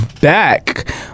back